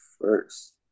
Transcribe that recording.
first